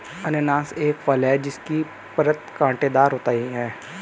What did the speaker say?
अनन्नास एक फल है जिसकी परत कांटेदार होती है